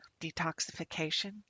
detoxification